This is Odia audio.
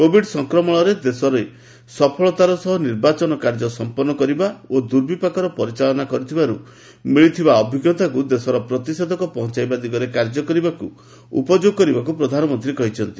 କୋବିଡ୍ ସଂକ୍ରମଣ ସମୟରେ ଦେଶରେ ସଫଳତାର ସହ ନିର୍ବାଚନ କାର୍ଯ୍ୟ ସମ୍ପନ୍ନ କରିବା ଓ ଦୁର୍ବିପାକର ପରିଚାଳନା କରିବାରୁ ମିଳିଥିବା ଅଭିଜ୍ଞତାକୁ ଦେଶରେ ପ୍ରତିଷେଧକ ପହଞ୍ଚାଇବା ଦିଗରେ ଉପଯୋଗ କରିବାକୁ ପ୍ରଧାନମନ୍ତ୍ରୀ କହିଛନ୍ତି